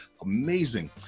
amazing